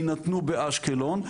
יינתנו באשקלון,